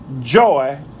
joy